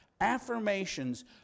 affirmations